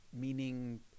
meaning